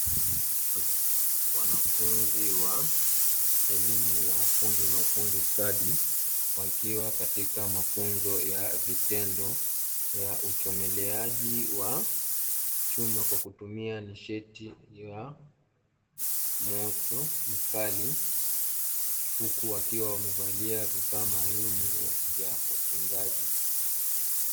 Wanafunzi wa elimu ya ufundi na ufundi stadi wakiwa katika mafunzo ya vitendo ya uchomeleaji wa chuma kwa kutumia nishati ya moto mkali, huku wakiwa wamevalia vifaa maalumu vya ukingaji.